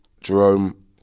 Jerome